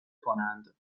کنند